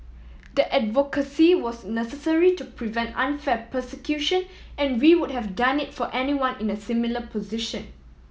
the advocacy was necessary to prevent unfair persecution and we would have done it for anyone in a similar position